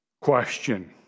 question